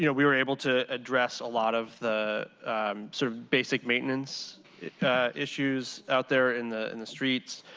you know we were able to address a lot of the sort of basic maintenance issues out there in the in the streets.